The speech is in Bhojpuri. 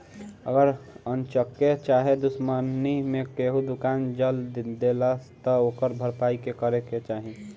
अगर अन्चक्के चाहे दुश्मनी मे केहू दुकान जला देलस त ओकर भरपाई के करे के चाही